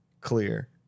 clear